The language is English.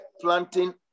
planting